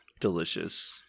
delicious